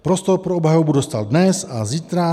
Prostor pro obhajobu dostal dnes a zítra.